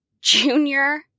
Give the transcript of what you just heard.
junior